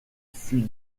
fut